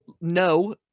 No